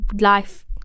life